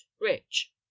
rich